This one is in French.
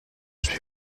suis